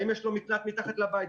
האם יש לו מקלט מתחת לבית.